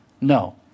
No